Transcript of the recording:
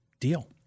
deal